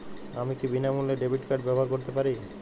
আমি কি বিনামূল্যে ডেবিট কার্ড ব্যাবহার করতে পারি?